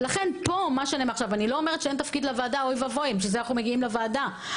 אני לא אומרת שאין לתפקיד לוועדה לכן אנו באים לוועדה,